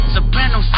Soprano